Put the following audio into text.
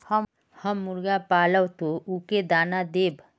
हम मुर्गा पालव तो उ के दाना देव?